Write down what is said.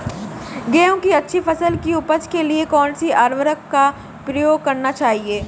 गेहूँ की अच्छी फसल की उपज के लिए कौनसी उर्वरक का प्रयोग करना चाहिए?